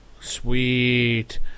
Sweet